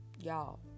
y'all